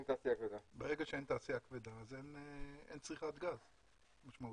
ברגע שאין תעשייה כבדה, אין צריכת גז משמעותית.